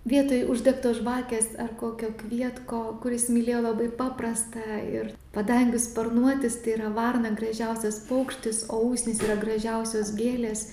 vietoj uždegtos žvakės ar kokio kvietko kur jis mylėjo labai paprastą ir padangių sparnuotis tai yra varna gražiausias paukštis ausys yra gražiausios gėlės